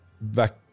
back